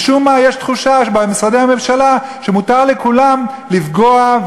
משום מה יש תחושה במשרדי הממשלה שמותר לכולם לפגוע,